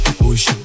push